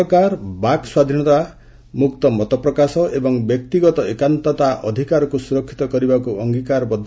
ସରକାର ବାକ୍ ସ୍ୱାଧୀନତା ମୁକ୍ତ ମତପ୍ରକାଶ ଏବଂ ବ୍ୟକ୍ତିଗତ ଏକାନ୍ତତା ଅଧିକାରକୁ ସୁରକ୍ଷିତ କରିବାକୁ ଅଙ୍ଗିକାରବଦ୍ଧ